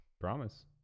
Promise